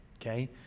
Okay